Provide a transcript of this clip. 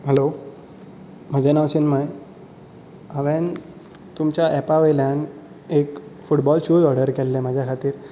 hello म्हजें नांव चिनमय हांवें तुमच्या एपा वयल्यान फुटबॉल शूज ऑर्डर केल्ले म्हजे खातीर